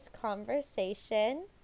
conversation